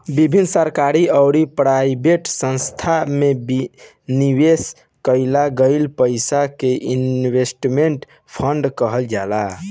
विभिन्न सरकारी अउरी प्राइवेट संस्थासन में निवेश कईल गईल पईसा के इन्वेस्टमेंट फंड कहल जाला